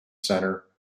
centre